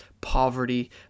poverty